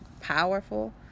powerful